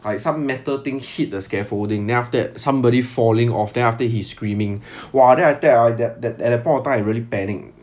like some metal thing hit the scaffolding then after that somebody falling off then after that he's screaming !wah! then I tell you ah that at that point of time I really panic